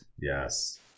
Yes